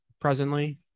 presently